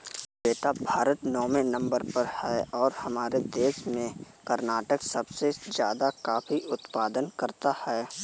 बेटा भारत नौवें नंबर पर है और हमारे देश में कर्नाटक सबसे ज्यादा कॉफी उत्पादन करता है